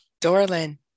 Dorlin